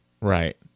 Right